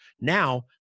Now